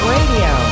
Radio